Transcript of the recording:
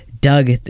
Doug